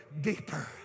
deeper